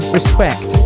Respect